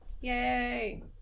Yay